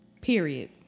Period